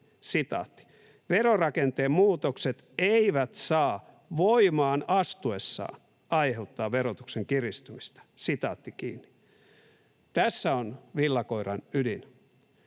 näin: ”Verorakenteen muutokset eivät saa voimaan astuessaan aiheuttaa verotuksen kiristymistä.” Tässä on villakoiran ydin.